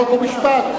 חוק ומשפט.